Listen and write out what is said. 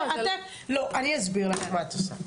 אני אסביר מה את עושה.